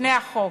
בפני החוק.